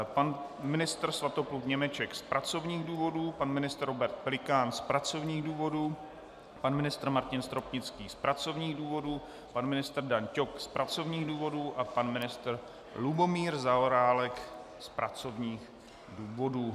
Pan ministr Svatopluk Němeček z pracovních důvodů, pan ministr Robert Pelikán z pracovních důvodů, pan ministr Martin Stropnický z pracovních důvodů, pan ministr Dan Ťok z pracovních důvodů a pan ministr Lubomír Zaorálek z pracovních důvodů.